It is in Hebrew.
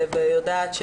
שיודעת.